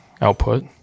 output